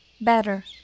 better